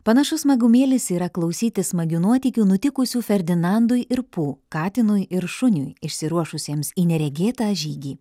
panašus smagumėlis yra klausytis smagių nuotykių nutikusių ferdinandui ir po katinui ir šuniui išsiruošusiems į neregėtą žygį